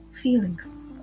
feelings